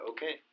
Okay